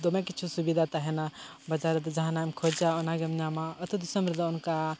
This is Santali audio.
ᱫᱚᱢᱮ ᱠᱤᱪᱷᱩ ᱥᱩᱵᱤᱫᱷᱟ ᱛᱟᱦᱮᱱᱟ ᱵᱟᱡᱟᱨ ᱨᱮᱫᱚ ᱡᱟᱦᱟᱱᱟᱜ ᱮᱢ ᱠᱷᱚᱡᱟ ᱚᱱᱟᱜᱮᱢ ᱧᱟᱢᱟ ᱟᱛᱳᱼᱫᱤᱥᱚᱢ ᱨᱮᱫᱚ ᱚᱱᱠᱟ